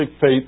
faith